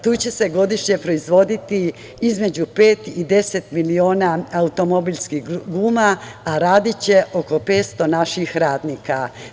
Tu će se godišnje proizvoditi između pet i 10 miliona automobilskih guma, a radiće oko 500 naših radnika.